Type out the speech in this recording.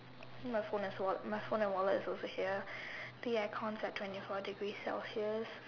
my phone is wal my phone and wallet is also here the aircon is at twenty six degree celsius